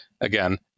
again